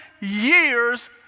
years